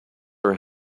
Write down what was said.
our